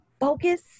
focus